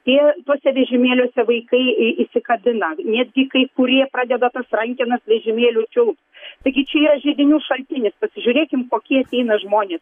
tie tuose vežimėliuose vaikai įsikabina netgi kai kurie pradeda tas rankenas vežimėlių čiulpt taigi čia yra židinių šaltinis pasižiūrėkim kokie ateina žmonės